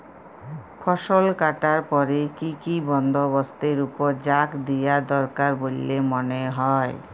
ফসলকাটার পরে কি কি বন্দবস্তের উপর জাঁক দিয়া দরকার বল্যে মনে হয়?